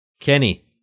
Kenny